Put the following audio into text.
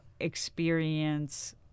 experience